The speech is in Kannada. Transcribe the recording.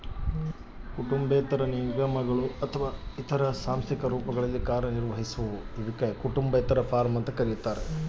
ಕುಟುಂಬೇತರ ನಿಗಮಗಳು ಅಥವಾ ಇತರ ಸಾಂಸ್ಥಿಕ ರೂಪಗಳಲ್ಲಿ ಕಾರ್ಯನಿರ್ವಹಿಸುವವು ಕುಟುಂಬೇತರ ಫಾರ್ಮ ಅಂತಾರ